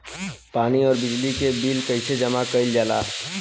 पानी और बिजली के बिल कइसे जमा कइल जाला?